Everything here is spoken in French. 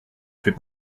fait